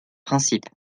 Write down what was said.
principe